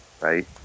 right